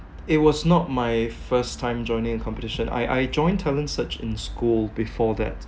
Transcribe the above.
it was not my first time joining a competition I I joined talent search in school before that